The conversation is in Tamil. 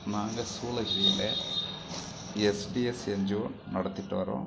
நாங்கள் சூளகிரியில் எஸ்டிஎஸ் என்ஜிஓ நடத்திகிட்டு வரோம்